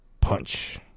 Punch